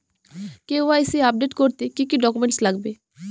KYC update করতে কি কি ডকুমেন্টস লাগবে?